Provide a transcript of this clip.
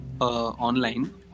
online